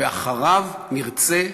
ואחריו נרצה,